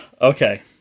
Okay